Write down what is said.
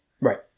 right